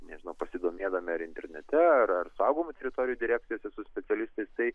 nežinau pasidomėdami ar internete ar ar saugomų teritorijų direkcijose su specialistais tai